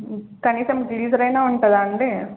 కనీసం గీజరైనా ఉంటుందాండి